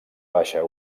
baixa